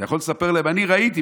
אתה יכול לספר להם: אני ראיתי,